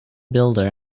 builder